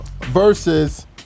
versus